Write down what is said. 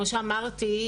- כמו שאמרתי,